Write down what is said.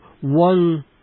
one